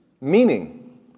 meaning